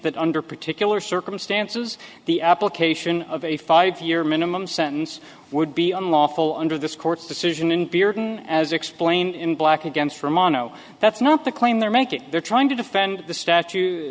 that under particular circumstances the application of a five year minimum sentence would be unlawful under this court's decision and bearden as explained in black against from on no that's not the claim they're making they're trying to defend the statu